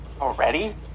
Already